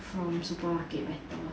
from supermarket better